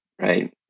right